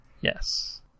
Yes